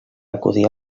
acudir